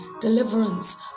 deliverance